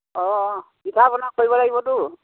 অ' পিঠা পনা কৰিব লাগিবতো